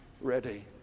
ready